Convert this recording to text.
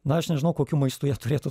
na aš nežinau kokiu maistu jie turėtų